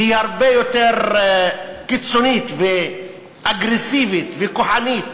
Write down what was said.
שהיא הרבה יותר קיצונית ואגרסיבית וכוחנית